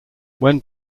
when